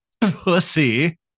pussy